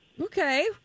okay